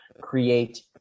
create